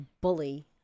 bully